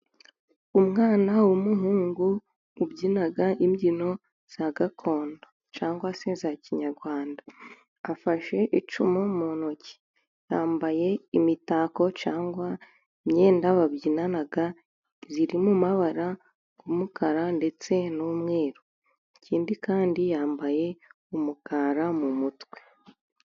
Umwana w'umuhungu ubyina imbyino za gakondo cyangwa se za kinyarwanda, afashe icumu mu ntoki, yambaye imitako cyangwa imyenda babyinana, iri mu mabara y'umukara ndetse n'umweru, ikindi kandi yambaye umugara mu mutwe.